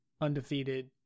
undefeated